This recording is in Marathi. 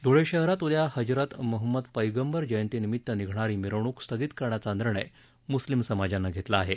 ध्ळे शहरात उद्या हजरत महम्मद पैगंबर जयंतीनिमित निघणारी मिरवणूक स्थगित करण्याचा निर्यण मुस्लिम समाजानं घेतला आहे